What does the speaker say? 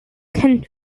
can